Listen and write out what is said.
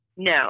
No